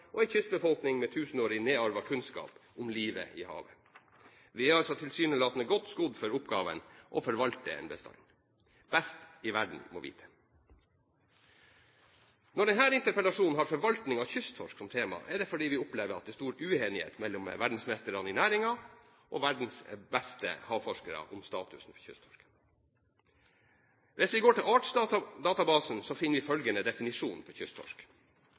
og en kystbefolkning med tusenårig nedarvet kunnskap om livet i havet. Vi er altså tilsynelatende godt skodd for oppgaven å forvalte en bestand – best i verden, må vite. Når denne interpellasjonen har forvaltning av kysttorsk som tema, er det fordi vi opplever at det er stor uenighet mellom verdensmestrene i næringen og verdens beste havforskere om statusen for kysttorsken. Hvis vi går til Artsdatabasen, finner vi følgende definisjon på kysttorsk: